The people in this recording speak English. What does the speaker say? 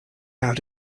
out